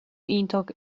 iontach